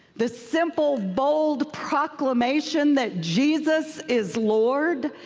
the simple, bold proclamation that jesus is lord,